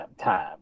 time